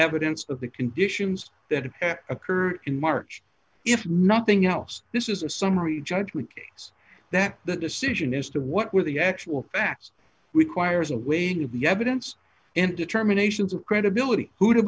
evidence of the conditions that have occurred in march if nothing else this is a summary judgment is that the decision as to what were the actual facts requires a win to be evidence in determinations of credibility who to